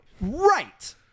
Right